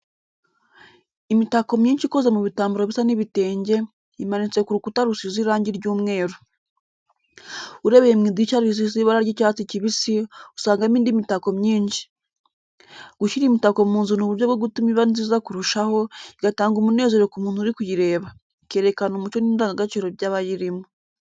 Imitako myinshi ikoze mu bitambaro bisa n'ibitenge, imanitse ku rukuta rusize irangi ry'umweru. Urebeye mu idirishya risize ibara ry'icyatsi kibisi, usangamo indi mitako myinshi. Gushyira imitako mu nzu ni uburyo bwo gutuma iba nziza kurushaho, igatanga umunezero ku muntu uri kuyireba, ikerekana umuco n’indangagaciro by’abayirimo.